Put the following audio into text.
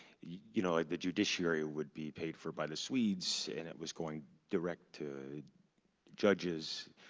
you know ah the judiciary would be paid for by the swedes, and it was going direct to judges.